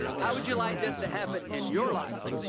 how would you like this to happen in your life?